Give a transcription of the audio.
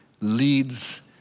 leads